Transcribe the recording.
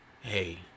hey